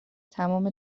تمام